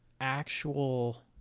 actual